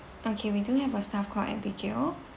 okay we do have a staff called abigail